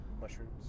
mushrooms